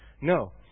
No